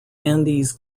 andes